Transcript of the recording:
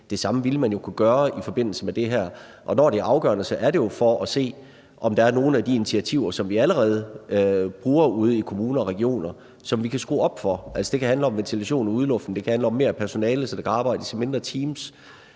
Det samme ville man kunne gøre i forhold til det her. Og når det er afgørende, er det jo for at se, om der er nogle af de initiativer, vi allerede bruger ude i kommunerne og regionerne, som vi kan skrue op for. Altså, det kan handle om ventilation og udluftning; det kan handle om mere personale, så der kan arbejdes i mindre teams;